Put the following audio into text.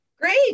great